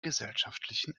gesellschaftlichen